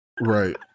right